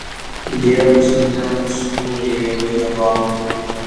dievas todėl ir sukūrė ievą ir adomą